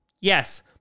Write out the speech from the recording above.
Yes